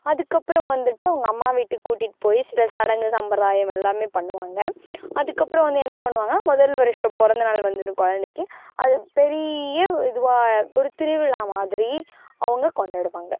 அதற்கு அப்புறம் வந்துவிட்டு அவங்க அம்மா வீட்டுக்கு கூட்டிட்டு போய் சில சடங்கு சம்பரதாயம் எல்லாமே பண்ணுவாங்க அதுக்கு அப்புறம் வந்து என்ன பண்ணுவாங்கன்னா முதல் வருஷம் பிறந்தநாள் வந்துவிடும் குழந்தைக்கு அது பெரிய இதுவாக ஒரு திருவிழா மாதிரி அவங்க கொண்டாடுவாங்க